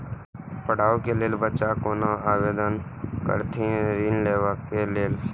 पढ़वा कै लैल बच्चा कैना आवेदन करथिन ऋण लेवा के लेल?